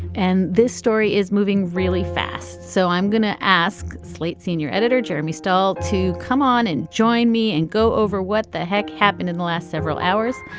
and this story is moving really fast so i'm going to ask slate senior editor jeremy still to come on and join me and go over what the heck happened in the last several hours.